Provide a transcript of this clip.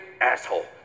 asshole